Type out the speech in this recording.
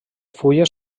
fulles